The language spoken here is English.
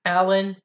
Alan